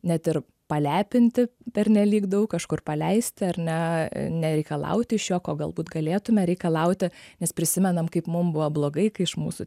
net ir palepinti pernelyg daug kažkur paleisti ar ne nereikalauti iš jo ko galbūt galėtume reikalauti nes prisimenam kaip mum buvo blogai kai iš mūsų